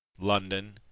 london